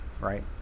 right